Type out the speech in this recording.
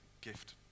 gift